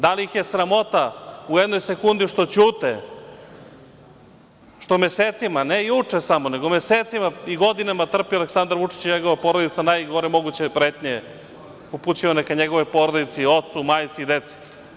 Da li ih je sramota, u jednoj sekundi što ćute, što mesecima, ne juče samo, nego mesecima i godinama trpe Aleksandar Vučić i njegova porodica najgore moguće pretnje upućivane ka njegovoj porodici, ocu, majci, deci.